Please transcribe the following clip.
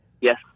Yes